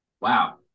Wow